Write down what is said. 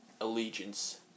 allegiance